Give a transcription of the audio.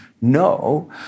no